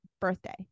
birthday